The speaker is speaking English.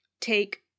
take